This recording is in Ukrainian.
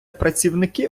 працівники